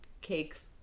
cakes